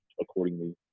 accordingly